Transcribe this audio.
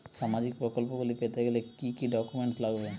সামাজিক প্রকল্পগুলি পেতে গেলে কি কি ডকুমেন্টস লাগবে?